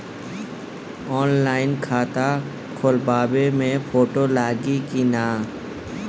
Online खाता खोलबाबे मे फोटो लागि कि ना?